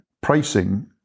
pricing